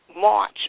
March